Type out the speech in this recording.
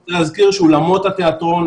צריך להזכיר שאולמות התיאטרון,